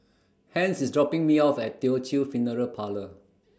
Hence IS dropping Me off At Teochew Funeral Parlour